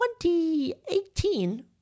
2018